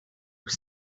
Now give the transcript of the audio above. aux